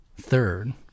third